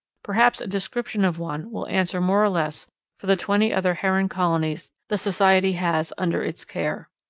perhaps a description of one will answer more or less for the twenty other heron colonies the society has under its care.